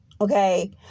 okay